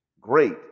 great